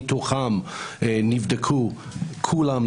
מתוכם נבדקו כולם,